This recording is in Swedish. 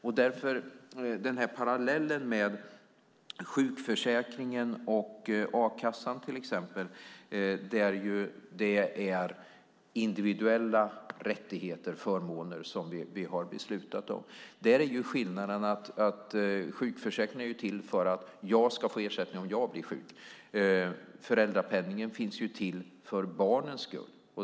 Wiwi-Anne Johansson drar parallellen med sjukförsäkringen och a-kassan, där det är individuella rättigheter, förmåner, som vi har beslutat om. Skillnaden är ju att sjukförsäkringen är till för att jag ska få ersättning om jag blir sjuk. Föräldrapenningen är till för barnens skull.